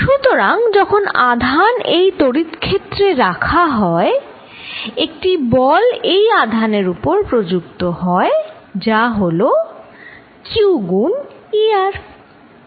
সুতরাং যখন আধান এই তড়িৎ ক্ষেত্রে রাখা হয় একটি বল এই আধানের উপর প্রযুক্ত হয় যা হল q গুন E r